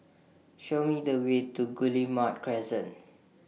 Show Me The Way to Guillemard Crescent